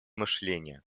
мышления